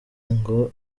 ngo